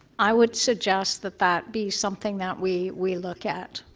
i would suggest that that be something that we we look at.